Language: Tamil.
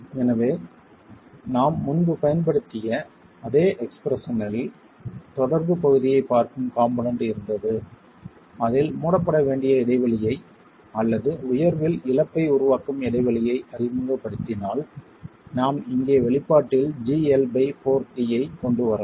எனவே நாம் முன்பு பயன்படுத்திய அதே எக்ஸ்ப்ரெஷனில் தொடர்பு பகுதியைப் பார்க்கும் காம்போனென்ட் இருந்தது அதில் மூடப்பட வேண்டிய இடைவெளியை அல்லது உயர்வில் இழப்பை உருவாக்கும் இடைவெளியை அறிமுகப்படுத்தினால் நாம் இங்கே வெளிப்பாட்டில் gL4t ஐக் கொண்டு வரலாம்